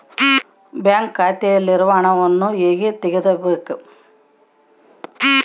Bank ಖಾತೆಯಲ್ಲಿರುವ ಹಣವನ್ನು ಹೇಗೆ ತಗೋಬೇಕು?